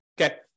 Okay